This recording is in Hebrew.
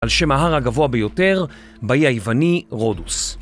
על שם ההר הגבוה ביותר, באי היווני, רודוס.